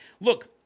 look